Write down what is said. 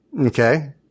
Okay